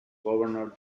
governor